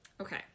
Okay